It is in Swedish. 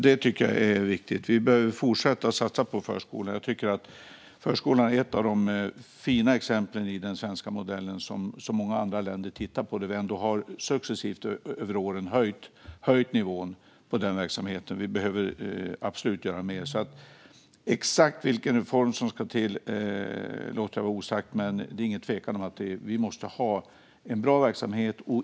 Det är viktigt att fortsätta att satsa på förskolan, som är ett av de fina exemplen i den svenska modellen som många andra länder tittar på, där vi ändå successivt över åren har höjt nivån på verksamheten. Vi behöver absolut göra mer. Exakt vilken reform som ska till låter jag vara osagt, men det är ingen tvekan om att vi måste ha en bra verksamhet.